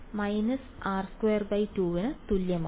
− 2r3 − r22 ന് തുല്യമാണ്